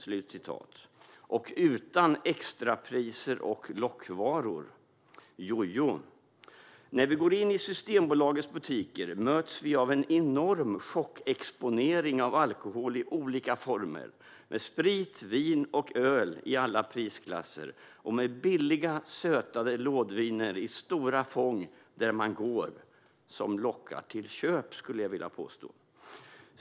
Det ska ske utan extrapriser och lockvaror - jo, jo. När vi går in i Systembolagets butiker möts vi av en enorm chockexponering av alkohol i olika former med sprit, vin och öl i alla prisklasser och med billiga sötade lådviner i stora fång där man går. Jag skulle vilja påstå att det lockar till köp.